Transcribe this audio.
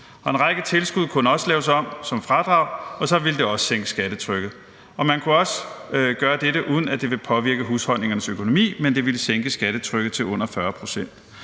En række tilskud kunne også laves om til fradrag, og så ville det også sænke skattetrykket. Man kunne også gøre dette, uden at det ville påvirke husholdningernes økonomi, men det ville sænke skattetrykket til under 40 pct.